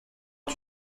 est